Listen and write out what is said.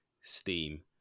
steam